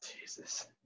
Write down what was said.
Jesus